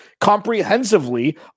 comprehensively